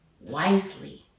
wisely